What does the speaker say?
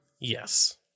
Yes